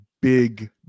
big